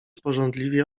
pożądliwie